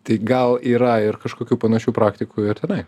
tai gal yra ir kažkokių panašių praktikų ir tenai